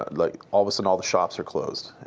ah like all of a sudden all the shops are closed.